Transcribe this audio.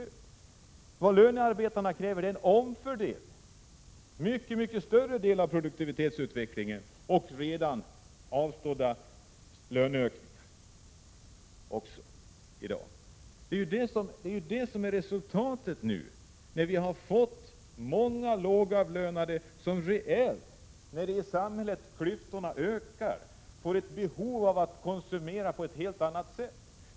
Men vad lönarbetarna kräver är omfördelning. De kräver i dag en mycket större del av produktivitetsutvecklingen och redan avstådda löneökningar. Det är ju det som är resultatet, när vi nu har fått många lågavlönade som när klyftorna ökar i samhället reellt får ett behov av att konsumera på ett helt annat sätt.